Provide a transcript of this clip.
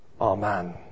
Amen